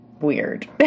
weird